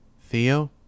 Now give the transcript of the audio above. Theo